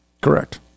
Correct